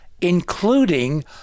including